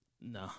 No